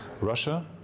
Russia